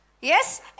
Yes